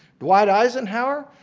dwight eisenhower,